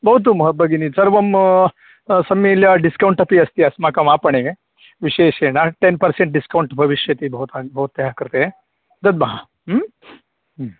भवतु भगिनी सर्वं सम्मील्य डिस्कौण्ट् अपि अस्माकं आपणे विशेषेण टेन् पर्सेण्ट् डिस्कौण्ट् भविष्यति भवत भवत्याः कृते दद्मः हम्